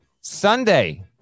Sunday